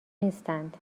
نیستند